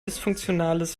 dysfunktionales